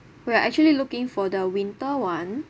we are actually looking for the winter [one]